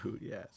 yes